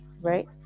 right